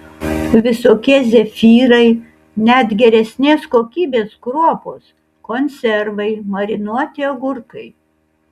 visokie zefyrai net geresnės kokybės kruopos konservai marinuoti agurkai